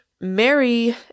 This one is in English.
Mary